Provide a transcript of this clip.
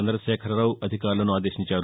చందశేఖరరావు అధికారులను ఆదేశించారు